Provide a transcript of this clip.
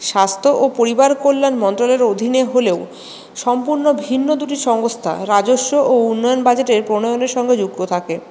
স্বাস্থ্য ও পরিবার কল্যাণ মন্ত্রালয়ের অধীনে হলেও সম্পূর্ণ ভিন্ন দুটি সংস্থা রাজস্ব ও উন্নয়ন বাজেটের প্রণয়নের সঙ্গে যুক্ত থাকে